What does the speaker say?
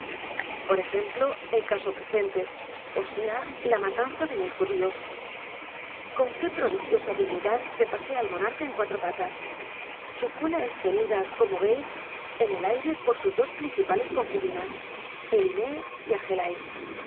r ejemplo el caso presente ó sea la matanza de mil judíos con qué prodigiosa dignidad se pasea el m o narca en cuatro patas su cola es tenida como veis en el aire por sus dos principales concubinas eliné y